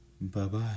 Bye-bye